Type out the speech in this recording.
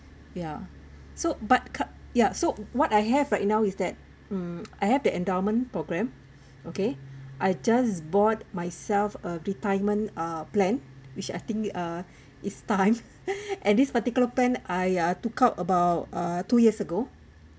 ya so but cu~ ya so what I have right now is that mm I have that endowment programme okay I just bought myself a retirement uh plan which I think uh is time and this particular plan I I took out about uh two years ago